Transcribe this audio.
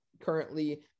currently